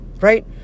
right